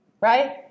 right